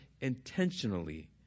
intentionally